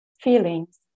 Feelings